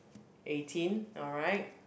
eighteen alright